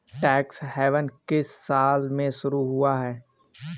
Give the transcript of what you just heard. Tax haven किस साल में शुरू हुआ है?